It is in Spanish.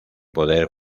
poder